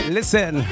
Listen